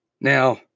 Now